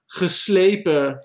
geslepen